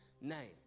name